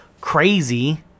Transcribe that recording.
crazy